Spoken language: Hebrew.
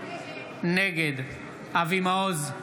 נגד אבי מעוז,